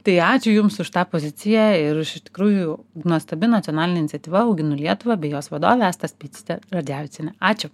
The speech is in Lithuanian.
tai ačiū jums už tą poziciją ir už iš tikrųjų nuostabi nacionalinė iniciatyva auginu lietuvą bei jos vadovė asta speičytė radzevičienė ačiū